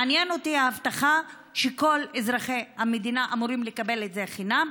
מעניינת אותי ההבטחה שכל אזרחי המדינה אמורים לקבל את זה חינם.